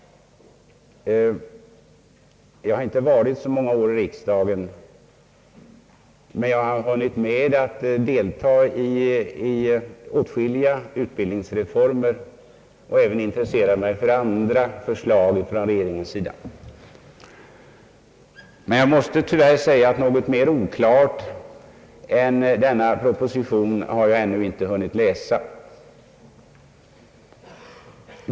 Jag har inte varit så många år i riksdagen, men jag har hunnit med att delta i åtskilliga utbildningsreformer och även intresserat mig för andra förslag från regeringens sida. Jag måste tyvärr säga att något mer oklart än denna proposition har jag ännu inte hunnit läsa.